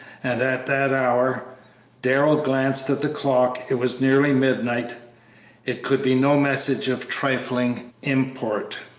and at that hour darrell glanced at the clock, it was nearly midnight it could be no message of trifling import.